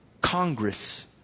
Congress